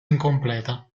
incompleta